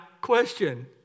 question